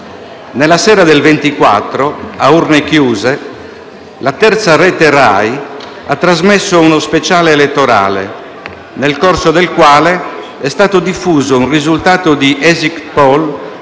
Nella sera del 24, a urne chiuse, la terza rete Rai ha trasmesso uno speciale elettorale, nel corso del quale è stato diffuso un risultato di *exit poll*